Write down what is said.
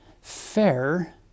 fair